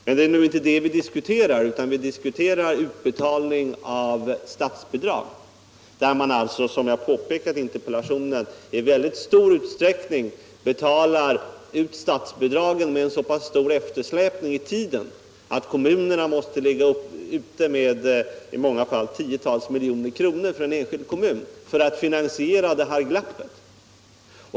Men det är nu inte det vi diskuterar, utan vi diskuterar utbetalning av statsbidrag. Som jag påpekade i interpellationen betalar man i väldigt stor utsträckning ut statsbidragen med en så pass stor eftersläpning i tiden att i många fall en enskild kommun måste ligga ute med tiotals miljoner kronor för att finansiera detta glapp.